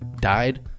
died